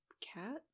cat